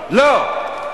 לא.